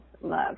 love